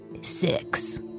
six